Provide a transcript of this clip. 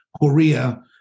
Korea